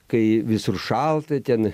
kai visur šalta ten